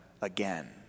again